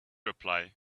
reply